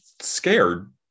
scared